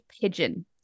pigeon